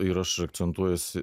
ir aš akcentuojuosi